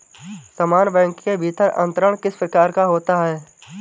समान बैंक के भीतर अंतरण किस प्रकार का होता है?